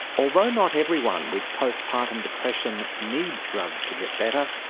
although not everyone with post partum depression needs drugs to get better,